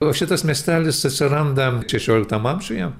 o šitas miestelis atsiranda šešioliktam amžiuje